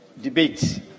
debate